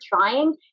trying